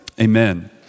Amen